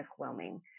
overwhelming